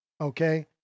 Okay